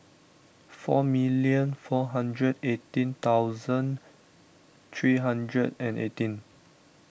four million four hundred eighteen thousand three hundred and eighteen